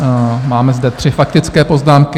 A máme zde tři faktické poznámky.